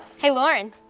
hey, lauren.